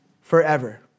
forever